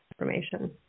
information